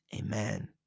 Amen